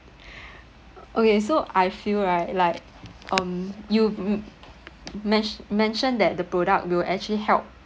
okay so I feel right like um you m~ mes~ mentioned that the product will actually help